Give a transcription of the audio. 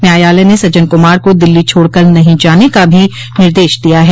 न्यायालय ने सज्जन कुमार को दिल्ली छोड़कर नहीं जाने का भी निर्देश दिया है